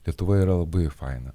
lietuvoje yra labai faina